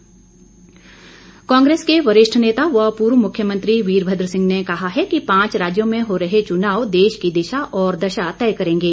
वीरभद्र सिंह कांग्रेस के वरिष्ठ नेता व पूर्व मुख्यमंत्री वीरभद्र सिंह ने कहा है कि पांच राज्यों में हो रहे चुनाव देश की दिशा और दशा तय करेंगे